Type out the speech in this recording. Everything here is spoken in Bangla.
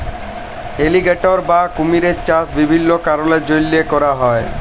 এলিগ্যাটর বা কুমিরের চাষ বিভিল্ল্য কারলের জ্যনহে ক্যরা হ্যয়